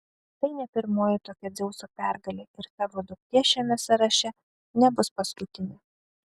tai ne pirmoji tokia dzeuso pergalė ir tavo duktė šiame sąraše nebus paskutinė